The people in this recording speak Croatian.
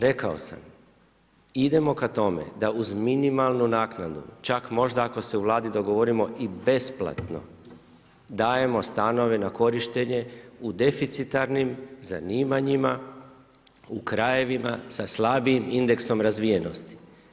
Rekao sam, idemo ka tome da uz minimalnu naknadu čak možda ako se u Vladi dogovorimo i besplatno dajemo stanove na korištenje u deficitarnim zanimanjima u krajevima sa slabijim indeksom razvijenosti.